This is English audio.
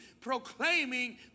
proclaiming